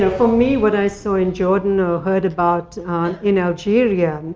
so for me, what i saw in jordan, or heard about in algeria,